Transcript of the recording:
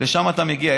לשם אתה מגיע.